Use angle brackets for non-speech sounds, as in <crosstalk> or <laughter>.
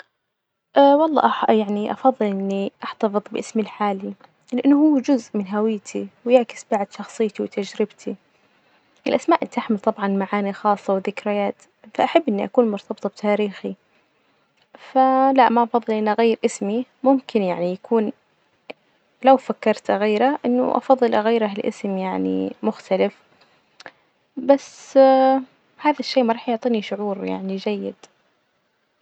والله ح- يعني أفظل إني أحتفظ بإسمي الحالي، لإنه هو جزء من هويتي ويعكس بعد شخصيتي وتجربتي، الأسماء تحمل طبعا معاني خاصة وذكريات، فأحب إني أكون مرتبطة بتاريخي، ف <hesitation> لا ما ببغي إني أغير إسمي، ممكن يعني يكون لو فكرت أغيره إنه أفضل أغيره لإسم يعني مختلف، بس هذا الشئ ما راح يعطيني يعني شعور جيد.